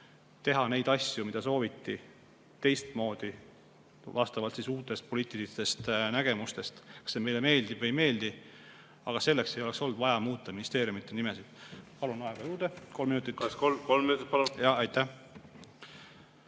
teha neid asju, mida sooviti, teistmoodi, vastavalt uutele poliitilistele nägemustele, kas see meile meeldib või ei meeldi. Aga selleks ei oleks olnud vaja muuta ministeeriumide nimesid. Palun aega juurde kolm minutit!